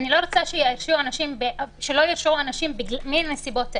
שלא ירשיעו אנשים מהסיבות האלה.